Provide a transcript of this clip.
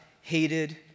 hated